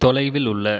தொலைவில் உள்ள